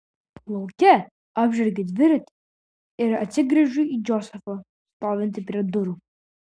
lauke apžergiu dviratį ir atsigręžiu į džozefą stovintį prie durų